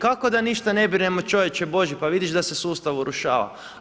Kako da ništa ne brinemo čovječe božji pa vidiš da se sustav urušava?